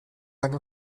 lange